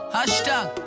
Hashtag